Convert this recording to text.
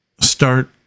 start